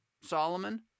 Solomon